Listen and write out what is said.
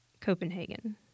Copenhagen